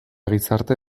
gizarte